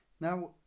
now